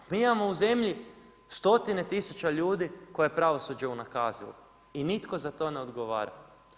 Mi imamo u zemlji stotine tisuća ljudi koje je pravosuđe unakazilo i nitko za to ne odgovara.